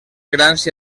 grans